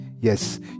Yes